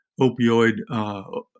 opioid